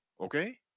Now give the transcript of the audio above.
Okay